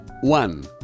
One